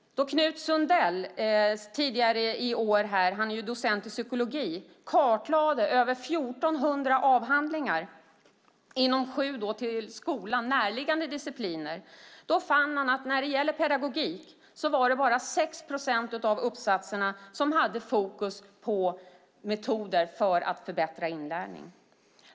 När Knut Sundell, docent i psykologi, tidigare i år kartlade över 1 400 avhandlingar inom sju till skolan närliggande discipliner fann han att när det gällde pedagogik var det bara 6 procent av uppsatserna som hade fokus på metoder för att förbättra inlärning.